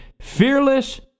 Fearless